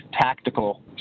tactical